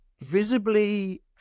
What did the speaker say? visibly